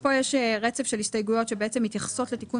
פה יש רצף של הסתייגויות שמתייחסות לתיקון